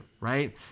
right